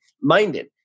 minded